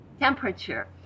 temperature